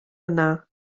yna